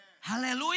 Hallelujah